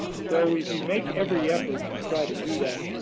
so, if you make every effort to try to do that,